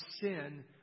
sin